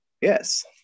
Yes